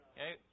Okay